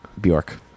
Bjork